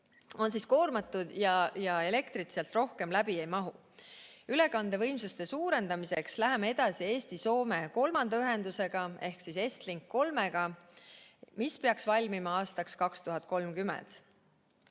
on koormatud ja elektrit sealt rohkem läbi ei mahu. Ülekandevõimsuste suurendamiseks läheme edasi Eesti-Soome kolmanda ühendusega ehk EstLink 3-ga, mis peaks valmima aastaks 2030.